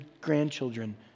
grandchildren